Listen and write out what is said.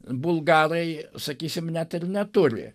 bulgarai sakysim net ir neturi